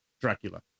dracula